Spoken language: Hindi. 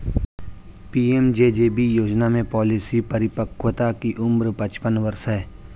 पी.एम.जे.जे.बी योजना में पॉलिसी परिपक्वता की उम्र पचपन वर्ष है